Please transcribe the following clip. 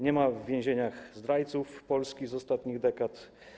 Nie ma w więzieniach zdrajców Polski z ostatnich dekad.